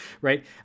right